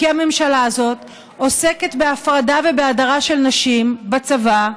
כי הממשלה הזאת עוסקת בהפרדה ובהדרה של נשים בצבא,